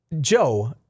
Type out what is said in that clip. Joe